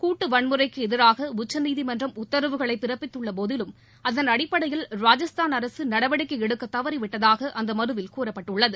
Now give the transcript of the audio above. கூட்டு வன்முறைக்கு எதிராக உச்சநீதிமன்றம் உத்தரவுகளை பிறப்பித்துள்ள போதிலும் அதன் அடிப்படையில் ராஜஸ்தான் அரசு நடவடிக்கை எடுக்க தவறிவிட்டதாக அந்த மனுவில் கூறப்பட்டுள்ளது